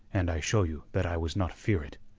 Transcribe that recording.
and i show you that i was not fear it.